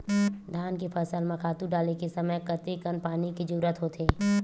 धान के फसल म खातु डाले के समय कतेकन पानी के जरूरत होथे?